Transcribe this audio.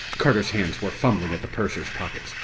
carter's hands were fumbling at the purser's pockets.